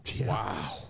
Wow